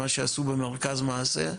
מה שעשו במרכז מעשה.